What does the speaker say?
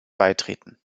beitreten